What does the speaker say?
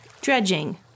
dredging